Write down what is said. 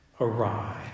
awry